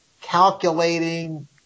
calculating